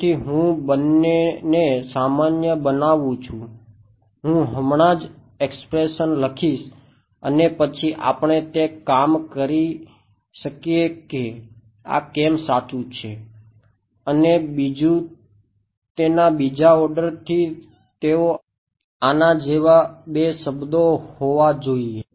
તેથી હું બંને ને સામાન્ય બનાવું છું હું હમણાં જ એક્સપ્રેશન લખીશ અને પછી આપણે તે કામ કરી શકીએ કે આ કેમ સાચું છે અને બીજું તેના બીજા ઓર્ડર થી તેઓ આના જેવા બે શબ્દો હોવા જોઈએ